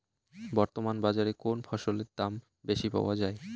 বর্তমান বাজারে কোন ফসলের দাম বেশি পাওয়া য়ায়?